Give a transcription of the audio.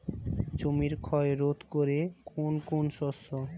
জমির ক্ষয় রোধ করে কোন কোন শস্য?